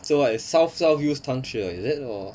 so what is south south use 汤匙 is it or